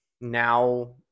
now